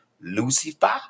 Lucifer